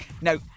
no